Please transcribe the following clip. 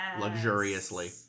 luxuriously